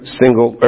single